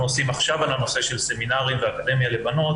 עושים עכשיו על הנושא של סמינרים ואקדמיה לבנות